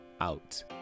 out